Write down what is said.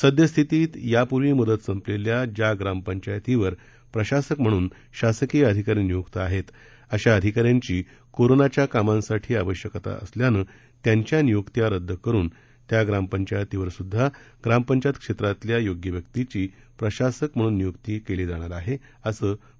सद्यस्थितीत यापूर्वी मुदत संपलेल्या ज्या ग्रामपंचायतीवर प्रशासक म्हणून शासकीय अधिकारी नियुक्त आहेत अशा अधिकाऱ्यांची कोरोनाच्या कामांसाठी आवश्यकता असल्याने त्यांच्या नियुक्त्या रद्द करुन त्या ग्रामपंचायतीवर सुद्धा ग्रामपंचायत क्षेत्रातील योग्य व्यक्तिची प्रशासक म्हणून नियुक्त करण्यात येणार आहे असे मंत्री श्री